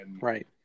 right